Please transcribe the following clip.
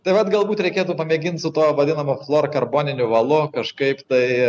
tai vat galbūt reikėtų pamėgint su tuo vadinamu chlorkarboniniu valu kažkaip tai